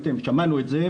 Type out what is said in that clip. שמענו את זה,